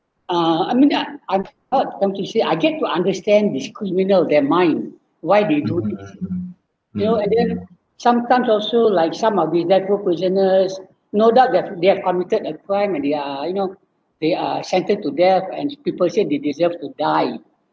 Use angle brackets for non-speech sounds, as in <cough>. uh I'm mean I'm odd odd to say I get to understand these criminals they mind why they do <noise> they all and then sometimes also like some are the dreadful prisoners no doubt they're they have committed a crime and they are you know they are sentence to death and people said they deserved to die